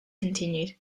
continued